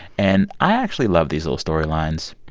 and i actually love these little storylines.